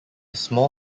small